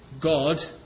God